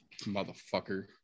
motherfucker